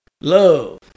Love